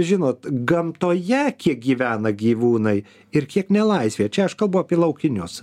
žinot gamtoje kiek gyvena gyvūnai ir kiek nelaisvėje čia aš kalbu apie laukinius